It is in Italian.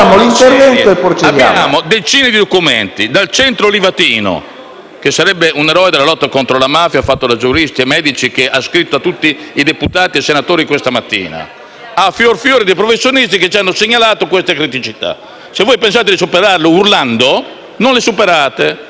(che sarebbe un eroe della lotta contro la mafia) sottoscritta da giuristi e medici e indirizzata a tutti i deputati e i senatori questa mattina, a fior fior di professionisti che ci hanno segnalato queste criticità. Se voi pensate di superarle urlando, non le superate. Abbiamo sentito l'ex Presidente di Scienza e vita dirci delle cose assolutamente sagge